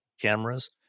cameras